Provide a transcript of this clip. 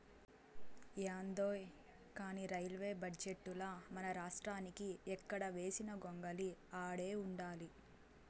యాందో కానీ రైల్వే బడ్జెటుల మనరాష్ట్రానికి ఎక్కడ వేసిన గొంగలి ఆడే ఉండాది